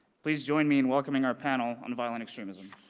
please join me in welcoming our panel on violent extremism.